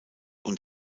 und